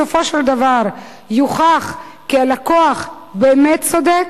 וגם אם בסופו של דבר יוכח כי הלקוח באמת צודק,